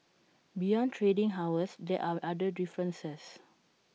beyond trading hours there are other differences